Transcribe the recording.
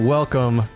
Welcome